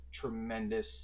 tremendous